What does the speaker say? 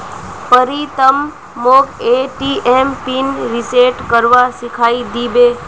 प्रीतम मोक ATM pin reset करवा सिखइ दी बे